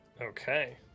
Okay